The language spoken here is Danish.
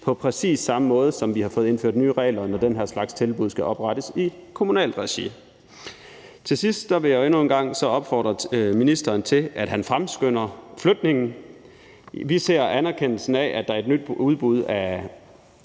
på præcis samme måde, som vi har fået indført nye regler, når den her slags tilbud skal oprettes i kommunalt regi. Til sidst vil jeg endnu en gang opfordre ministeren til at fremskynde flytningen. Vi ser det som en anerkendelse, at der i et nyt udbud